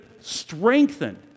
strengthen